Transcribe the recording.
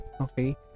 Okay